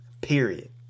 Period